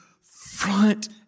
front